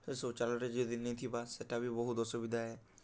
ସେ ଶୌଚାଳୟଟେ ଯଦି ନି ଥିବା ସେଟା ବି ବହୁତ୍ ଅସୁବିଧା ଆଏ